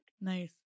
Nice